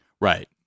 Right